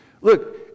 Look